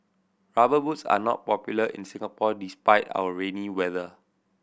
Rubber Boots are not popular in Singapore despite our rainy weather